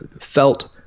felt